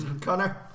Connor